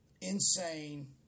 insane